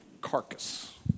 carcass